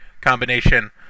combination